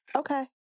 okay